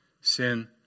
Sin